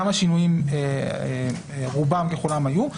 גם השינויים רובם ככולם היו.